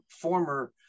former